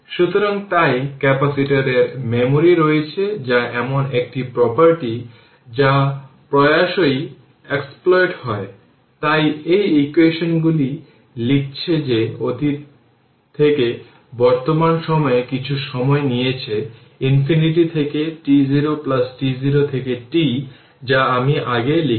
সুতরাং তাই ক্যাপাসিটরের মেমরি রয়েছে যা এমন একটি প্রপার্টি যা প্রায়শই এক্সপ্লইট হয় তাই এই ইকুয়েশনগুলি লিখছে যে অতীত থেকে বর্তমান সময়ে কিছু সময় নিয়েছে ইনফিনিটি থেকে t0 t0 থেকে t যা আমি আগে লিখেছিলাম